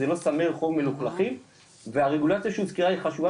זה לא סמי רחוב מלוכלכים והרגולציה שהוזכרה היא חשובה